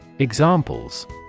Examples